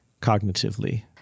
cognitively